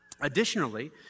Additionally